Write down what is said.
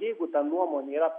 jeigu ta nuomonė yra